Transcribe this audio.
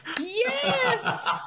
Yes